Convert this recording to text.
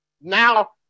Now